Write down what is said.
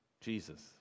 jesus